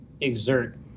exert